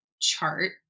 chart